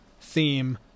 theme